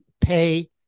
pay